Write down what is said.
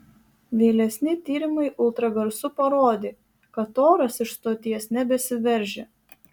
vėlesni tyrimai ultragarsu parodė kad oras iš stoties nebesiveržia